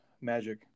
Magic